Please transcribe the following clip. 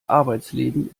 arbeitsleben